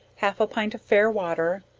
half a pint of fair water,